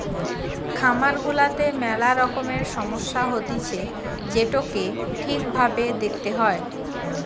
খামার গুলাতে মেলা রকমের সমস্যা হতিছে যেটোকে ঠিক ভাবে দেখতে হয়